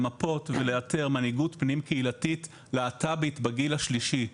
למפות ולאתר מנהיגות פנים קהילתית להט"בית בגיל השלישי.